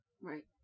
Right